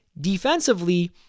Defensively